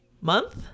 month